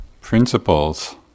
principles